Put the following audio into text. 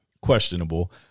questionable